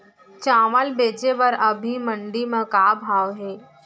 चांवल बेचे बर अभी मंडी म का भाव हे?